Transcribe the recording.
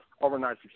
overnight